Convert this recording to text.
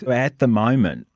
at the moment,